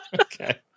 Okay